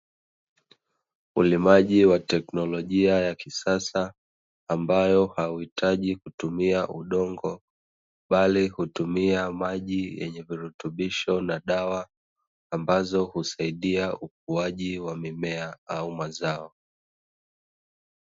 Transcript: Ulimaji wa teknolojia ya kisasa ambayo huhitaji kutumia udongo, bali hutumia maji yenye virutubisho na dawa, ambazo husaidia ukuaji wa mimea au mazao.